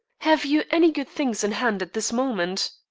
have you any good things in hand at this moment?